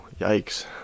yikes